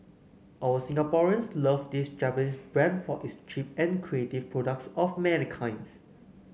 our Singaporeans love this Japanese brand for its cheap and creative products of many kinds